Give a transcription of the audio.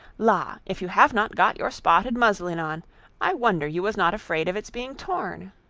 la! if you have not got your spotted muslin on i wonder you was not afraid of its being torn.